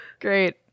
great